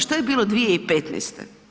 Što je bilo 2015.